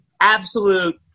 absolute